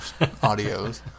audios